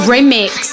Remix